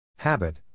Habit